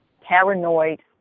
paranoid